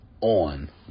on